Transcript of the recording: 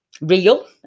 real